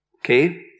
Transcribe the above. Okay